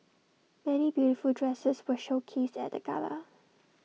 many beautiful dresses were showcased at the gala